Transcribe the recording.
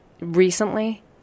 recently